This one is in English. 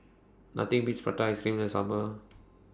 Nothing Beats Prata Ice Cream The Summer